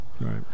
Right